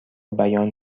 بیان